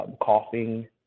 coughing